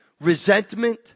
resentment